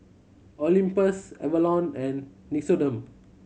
Olympus Avalon and Nixoderm